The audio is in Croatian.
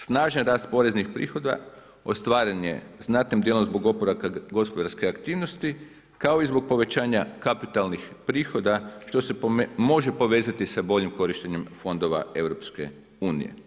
Snažan rast poreznih prihoda ostvaren je znatnim djelom zbog oporavka gospodarske aktivnosti, kao i zbog povećanja kapitalnih prihoda, što se može povezati sa boljim korištenjem fondova EU.